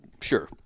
Sure